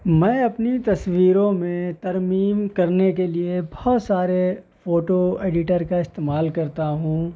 میں اپنی تصویروں میں ترمیم کرنے کے لیے بہت سارے فوٹو ایڈیٹر کا استعمال کرتا ہوں